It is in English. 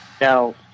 Now